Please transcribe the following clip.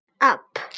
up